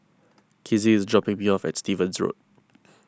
Kizzie is dropping me off at Stevens Road